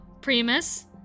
Primus